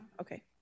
okay